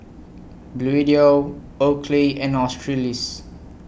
Bluedio Oakley and Australis